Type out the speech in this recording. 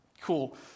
cool